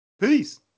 Peace